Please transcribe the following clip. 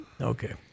Okay